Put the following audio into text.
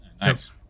Nice